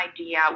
idea